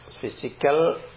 physical